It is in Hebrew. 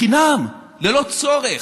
לחינם, ללא צורך,